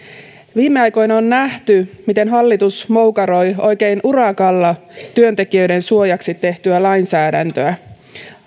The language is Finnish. viime aikoina on nähty miten hallitus moukaroi oikein urakalla työntekijöiden suojaksi tehtyä lainsäädäntöä